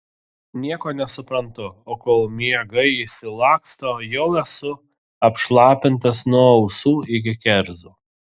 nieko nesuprantu o kol miegai išsilaksto jau esu apšlapintas nuo ausų iki kerzų